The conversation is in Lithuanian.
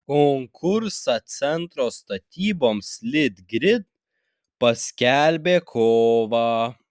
konkursą centro statyboms litgrid paskelbė kovą